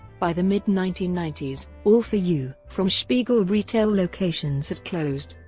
by the mid nineteen ninety s, all for you from spiegel retail locations had closed.